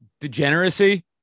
degeneracy